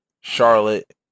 Charlotte